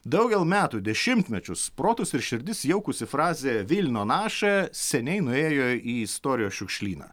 daugel metų dešimtmečius protus ir širdis jaukusi frazė vilinio naša seniai nuėjo į istorijos šiukšlyną